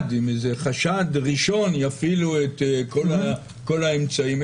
עם איזה חשד ראשון יפעילו את כל האמצעים.